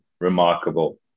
remarkable